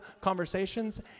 conversations